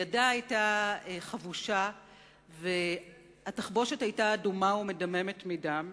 ידה היתה חבושה והתחבושת היתה אדומה ומדממת מדם.